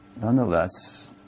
nonetheless